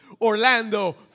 Orlando